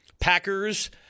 Packers